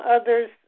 others